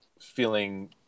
feeling